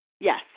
Yes